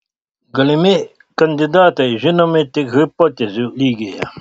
galimi kandidatai žinomi tik hipotezių lygyje